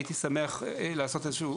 הייתי שמח לעשות איזשהו,